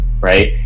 right